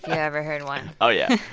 ever heard one oh, yeah.